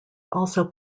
also